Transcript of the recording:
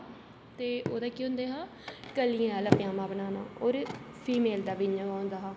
ते ओह्दा केह् होंदा हा कलियें आह्ला पजामा बनाना होर फीमेल दा बी इ'यां गै होंदा हा